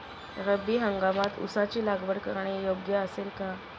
रब्बी हंगामात ऊसाची लागवड करणे योग्य असेल का?